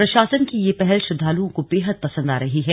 प्रशासन की यह पहल श्रद्वालुओं को बेहद पसंद आ रही है